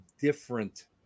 different